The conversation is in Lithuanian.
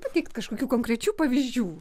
pateikt kažkokių konkrečių pavyzdžių